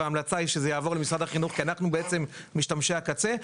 וההמלצה היא שזה יעבור למשרד החינוך כי אנחנו בעצם משתמשי הקצה.